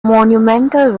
monumental